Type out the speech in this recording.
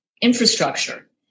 infrastructure